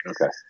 Okay